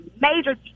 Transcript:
major